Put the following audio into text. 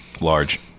Large